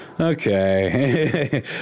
okay